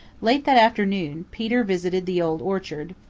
late that afternoon peter visited the old orchard,